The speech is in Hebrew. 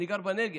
אני גר בנגב.